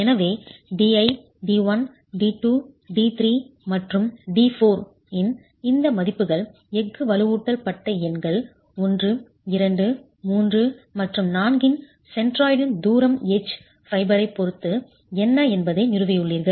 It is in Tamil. எனவே di d1 d2 d3 மற்றும் d4 இன் இந்த மதிப்புகள் எஃகு வலுவூட்டல் பட்டை எண்கள் 1 2 3 மற்றும் 4 இன் சென்ட்ராய்டின் தூரம் எட்ஜ் ஃபைபரைப் பொறுத்து என்ன என்பதை நிறுவியுள்ளீர்கள்